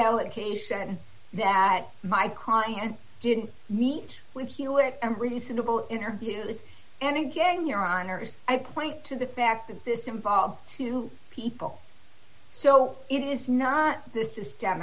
allegation that my car and didn't meet with hewitt and reasonable interviews and again your honour's i point to the fact that this involves two people so it is not the system